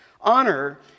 Honor